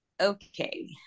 okay